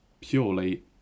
purely